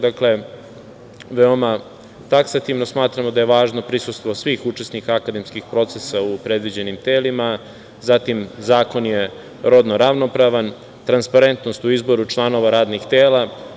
Dakle, veoma taksativno, smatramo da je važno prisustvo svih učesnika akademskih procesa u predviđenim telima, zatim zakon je rodno ravnopravan, transparentnost u izboru članova radnih tela.